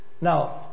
Now